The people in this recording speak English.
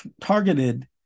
targeted